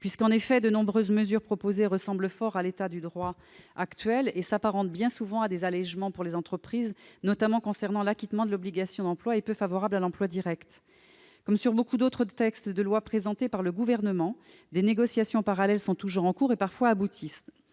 ? En effet, de nombreuses mesures proposées ressemblent fort à l'état du droit actuel et s'apparentent bien souvent à des allégements pour les entreprises, notamment concernant l'acquittement de l'obligation d'emploi, peu favorable à l'emploi direct. Comme sur beaucoup d'autres textes de loi présentés par le Gouvernement, des négociations parallèles sont toujours en cours et, parfois, aboutissent.